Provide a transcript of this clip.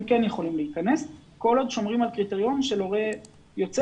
כן יכולים להיכנס כל עוד שומרים על קריטריון של הורה יוצא,